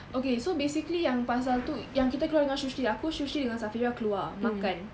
okay so basically yang pasal tu yang kita keluar dengan xu shi aku xu shi dengan safirah makan